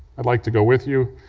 i'd like to go with you,